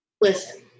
listen